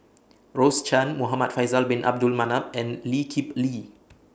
Rose Chan Muhamad Faisal Bin Abdul Manap and Lee Kip Lee